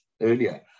earlier